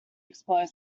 explorer